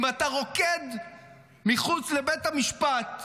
אם אתה רוקד מחוץ לבית המשפט